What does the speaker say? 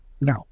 No